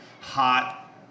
hot